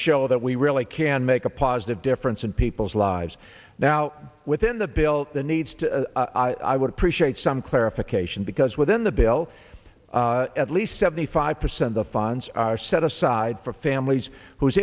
show that we really can make a positive difference and people's lives now within the built the needs to i would appreciate some clarification because within the bill at least seventy five percent the funds are set aside for families who